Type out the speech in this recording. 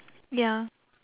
ya